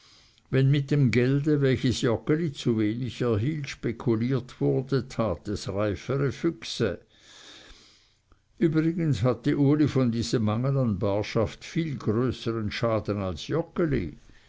wenn mit dem gelde welches joggeli zu wenig erhielt spekuliert wurde taten es reifere füchse übrigens hatte uli von diesem mangel an barschaft viel größeren schaden als